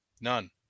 None